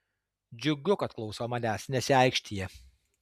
džiugu kad klauso manęs nesiaikštija